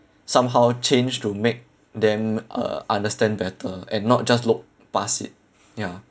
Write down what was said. somehow change to make them uh understand better and not just look past it ya